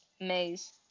Maze